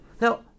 Now